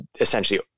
essentially